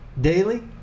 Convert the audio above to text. daily